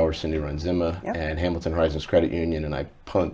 in and hamilton has its credit union and